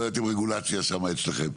בעיות עם רגולציה שם אצלכם.